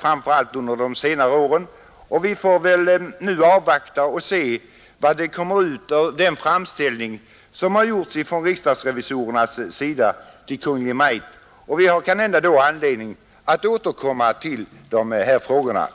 framför allt under de senare åren. Vi får väl nu avvakta och se vad som kommer ut av den framställning som riksdagsrevisorerna har gjort till Kungl. Maj:t, och vi har kanske anledning att därefter återkomma till dessa frågor.